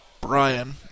Brian